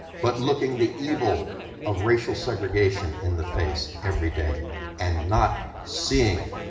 but looking the evil of racial segregation in the face every day and not seeing it.